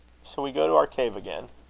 shall we go to our cave again?